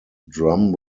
drum